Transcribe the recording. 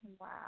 Wow